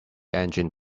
engine